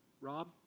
Rob